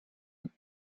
him